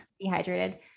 dehydrated